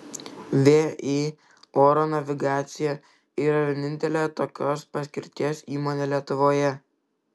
vį oro navigacija yra vienintelė tokios paskirties įmonė lietuvoje